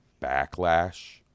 backlash